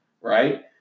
right